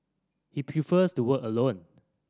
he prefers to work alone